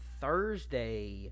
Thursday